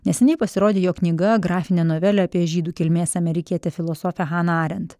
neseniai pasirodė jo knyga grafinė novelė apie žydų kilmės amerikietę filosofę haną arent